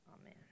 Amen